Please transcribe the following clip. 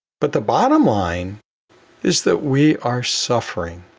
but the bottom line is that we are suffering.